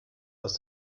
aus